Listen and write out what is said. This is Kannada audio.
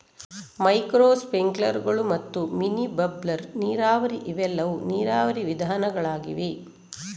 ಮೈಕ್ರೋ ಸ್ಪ್ರಿಂಕ್ಲರುಗಳು ಮತ್ತು ಮಿನಿ ಬಬ್ಲರ್ ನೀರಾವರಿ ಇವೆಲ್ಲವೂ ನೀರಾವರಿ ವಿಧಾನಗಳಾಗಿವೆ